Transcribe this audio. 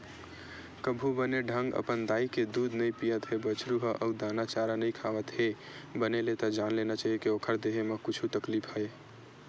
कभू बने ढंग अपन दाई के दूद नइ पियत हे बछरु ह अउ दाना चारा नइ खावत हे बने ले त जान लेना चाही के ओखर देहे म कुछु तकलीफ हे